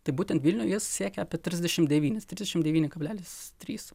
tai būtent vilniuj jis siekia apie trisdešimt devynis trisdešimt devyni kablelis trys